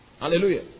Hallelujah